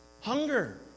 Hunger